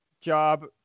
job